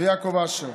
ויעקב אשר,